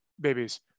babies